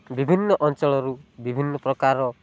ବିଭିନ୍ନ ଅଞ୍ଚଳରୁ ବିଭିନ୍ନପ୍ରକାର